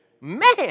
man